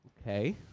Okay